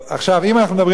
אם אנחנו מדברים על ספרים,